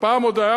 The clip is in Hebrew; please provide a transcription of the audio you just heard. פעם עוד היה